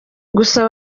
gusa